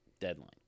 deadline